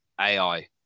AI